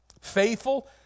Faithful